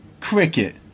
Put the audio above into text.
Cricket